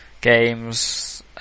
games